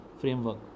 framework